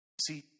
See